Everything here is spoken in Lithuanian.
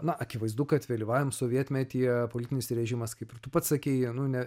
na akivaizdu kad vėlyvajam sovietmetyje politinis režimas kaip ir tu pats sakei nu ne